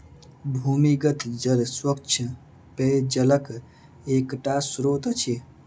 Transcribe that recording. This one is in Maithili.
भूमिगत जल स्वच्छ पेयजलक एकटा स्त्रोत अछि